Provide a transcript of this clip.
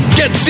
get